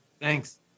Thanks